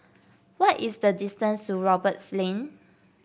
what is the distance to Roberts Lane